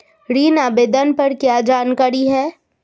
ऋण आवेदन पर क्या जानकारी है?